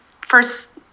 first